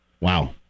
Wow